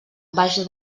baix